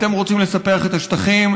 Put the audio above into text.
אתם רוצים לספח את השטחים?